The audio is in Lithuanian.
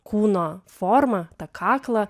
kūno formą tą kaklą